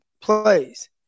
plays